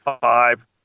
five